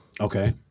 Okay